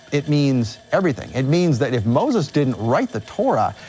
it means everything, it means that if moses didn't write the torah,